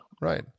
Right